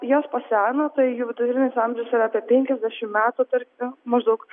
jos paseno tai jų vidutinis amžius yra apie penkiasdešim metų tarkim maždaug